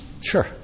Sure